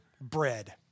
bread